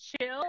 chill